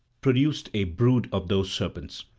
produced a brood of those serpents.